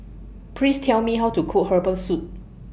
Please Tell Me How to Cook Herbal Soup